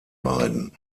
beiden